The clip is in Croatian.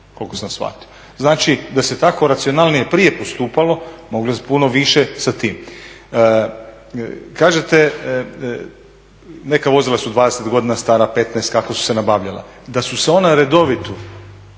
koliko sam shvatio. Znači da se tako racionalnije prije postupalo, moglo se puno više sa tim. Kažete neka vozila su 20 godina stara, 15 kako su se nabavljala. Da su se ona redovito